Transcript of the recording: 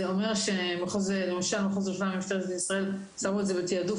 זה אומר שמחוז ירושלים במשטרת ישראל נתנו תעדוף